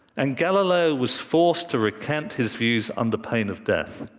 and galileo was forced to recant his views under pain of death.